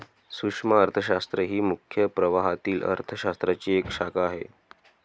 सूक्ष्म अर्थशास्त्र ही मुख्य प्रवाहातील अर्थ शास्त्राची एक शाखा आहे